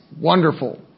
Wonderful